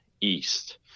east